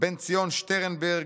בן-ציון שטרנברג,